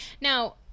Now